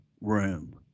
room